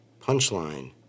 Punchline